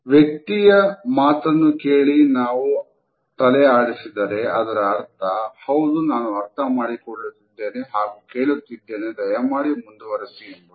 ವ್ಯಕ್ತಿಯ ಮಾತನ್ನು ಕೇಳಿ ನಾವು ತಲೆ ಆಡಿಸಿದರೆ ಅದರ ಅರ್ಥ " ಹೌದು ನಾನು ಅರ್ಥ ಮಾಡಿಕೊಳ್ಳುತ್ತಿದ್ದೇನೆ ಹಾಗೂ ಕೇಳುತ್ತಿದ್ದೇನೆ ದಯಮಾಡಿ ಮುಂದುವರಿಸಿ" ಎಂಬುದು